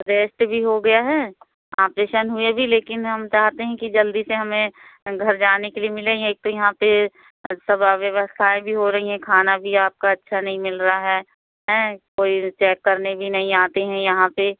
rest भी हो गया है आपरेशन हुए भी लेकिन हम चाहते हैं कि जल्दी से हमें घर जाने के लिए मिले एक तो यहाँ पर अब सब व्यवस्थाएँ भी हो रही हैं खाना भी आपका अच्छा नहीं मिल रहा है हैं कोई चेक करने भी नहीं आते हैं यहाँ पर